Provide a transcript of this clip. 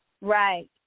Right